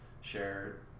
share